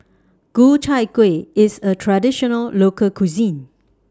Ku Chai Kuih IS A Traditional Local Cuisine